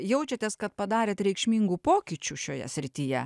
jaučiatės kad padarėt reikšmingų pokyčių šioje srityje